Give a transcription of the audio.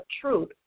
truth